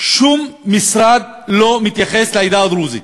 שום משרד לא מתייחס לעדה הדרוזית,